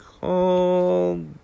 called